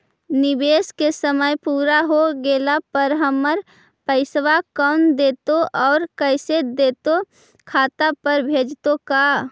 निवेश के समय पुरा हो गेला पर हमर पैसबा कोन देतै और कैसे देतै खाता पर भेजतै का?